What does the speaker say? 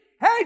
Hey